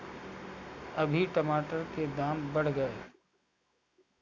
अभी टमाटर के दाम बढ़ गए